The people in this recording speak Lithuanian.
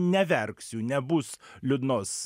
neverksiu nebus liūdnos